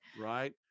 Right